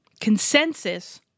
consensus